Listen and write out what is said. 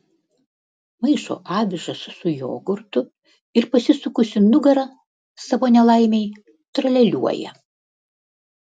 maišo avižas su jogurtu ir pasisukusi nugara savo nelaimei tralialiuoja